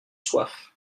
soif